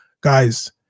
guys